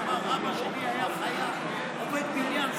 אבא שלי היה עובד בניין,